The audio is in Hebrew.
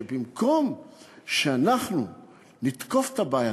זה שבמקום שאנחנו נתקוף את הבעיה,